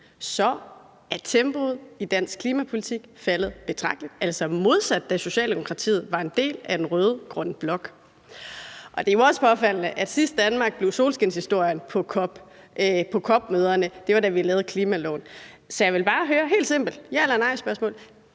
er tempoet i dansk klimapolitik faldet betragteligt, altså modsat det, der skete, da Socialdemokratiet var en del af den rød-grønne blok. Det er jo også påfaldende, at sidst Danmark blev solskinshistorien på COP-møderne, var, da vi lavede klimaloven. Så jeg vil bare stille et helt simpelt ja eller nej-spørgsmål: